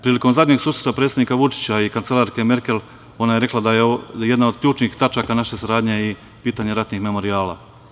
Prilikom zadnjih susreta predsednika Vučića i kancelarke Merkel ona je rekla da je jedna od ključnih tačaka naše saradnje i pitanje ratnih memorijala.